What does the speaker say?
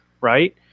right